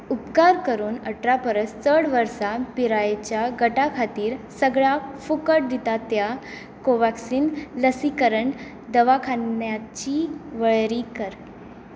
उपकार करून अठरा परस चड वर्सां पिरायेच्या गटा खातीर सगळ्या फुकट दिता त्या कोव्हाक्सीन लसी करण दवाखान्याची वळेरी कर